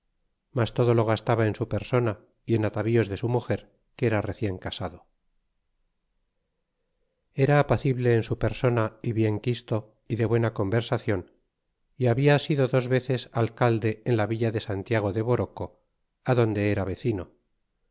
mas todo lo gastaba en su persona y ea atavíos de su muger que era recien casado eta apacible en su persona y bien quisto y de buena conversacion y habia sido dos veces alcalde en la villa de santiago de boroco adonde era vecino